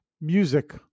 music